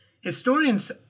Historians